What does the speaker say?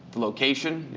the location,